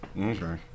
Okay